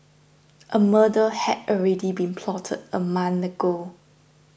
a murder had already been plotted a month ago